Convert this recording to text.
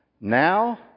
Now